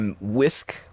whisk